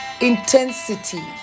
intensity